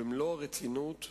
במלוא הרצינות,